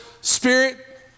spirit